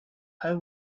how